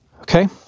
Okay